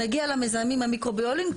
נגיע למזהמים המיקרוביאליים,